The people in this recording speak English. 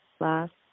last